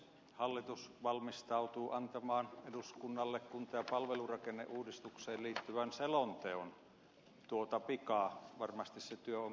hallitus valmistautuu antamaan eduskunnalle kunta ja palvelurakenneuudistukseen liittyvän selonteon tuota pikaa varmasti se työ on käynnissä